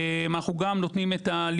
אנחנו גם נותנים את,